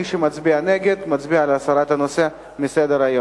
מי שמצביע נגד, מצביע להסיר את הנושא מסדר-היום.